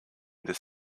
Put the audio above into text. this